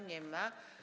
Nie ma.